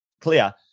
clear